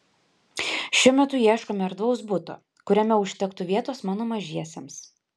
šiuo metu ieškome erdvaus buto kuriame užtektų vietos mano mažiesiems